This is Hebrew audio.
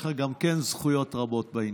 גם לך יש זכויות רבות בעניין.